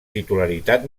titularitat